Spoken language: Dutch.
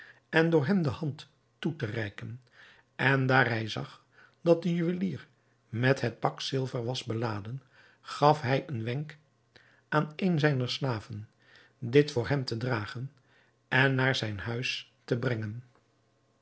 en door hem de hand toe te reiken en daar hij zag dat de juwelier met het pak zilver was beladen gaf hij een wenk aan een zijner slaven dit voor hem te dragen en naar zijn huis te brengen